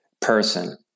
person